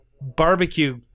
Barbecue